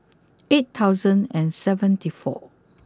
eight thousand and seventy four